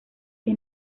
que